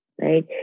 right